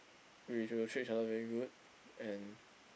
we should treat each other very good and